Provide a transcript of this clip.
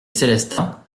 célestins